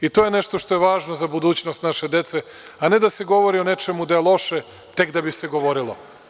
I to je nešto što je važno za budućnost naše dece, a ne da se govori o nečemu da je loše, tek da bi se govorilo.